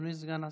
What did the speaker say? אדוני סגן השרה?